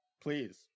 please